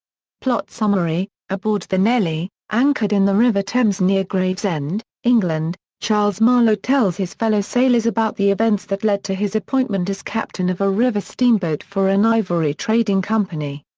plot summary aboard the nellie, anchored in the river thames near gravesend, england, charles marlow tells his fellow sailors about the events that led to his appointment as captain of a river-steamboat for an ivory trading company.